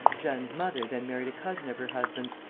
jeanne's mother then married a cousin of her husband's,